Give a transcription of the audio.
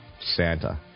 Santa